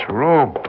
room